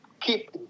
keep